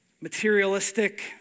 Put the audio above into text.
materialistic